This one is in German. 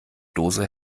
dose